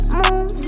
move